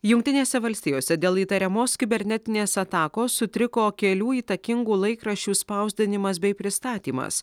jungtinėse valstijose dėl įtariamos kibernetinės atakos sutriko kelių įtakingų laikraščių spausdinimas bei pristatymas